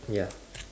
ya